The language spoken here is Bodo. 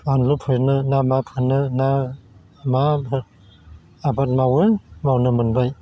बानलु फोनो ना मा फोनो ना मा आबाद मावो मावनो मोनबाय